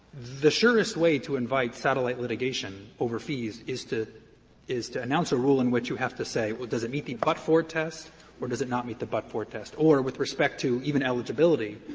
the surest way to invite satellite litigation over fees is to is to announce a rule in which you have to say, well, does it meet the but-for test or does it not meet the but-for test? or with respect to even eligibility,